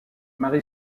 marie